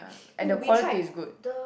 and the quality is good